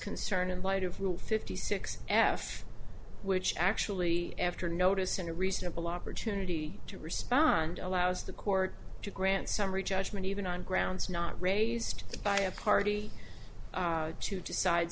concern in light of rule fifty six f which actually after notice in a reasonable opportunity to respond allows the court to grant summary judgment even on grounds not raised by a party to decide